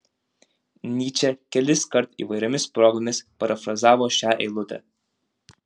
nyčė keliskart įvairiomis progomis parafrazavo šią eilutę